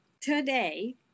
today